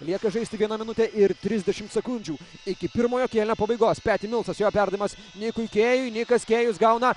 lieka žaisti viena minutė ir trisdešim sekundžių iki pirmojo kėlinio pabaigos peti milsas jo perdavimas nikui kėjui nikas kėjus gauna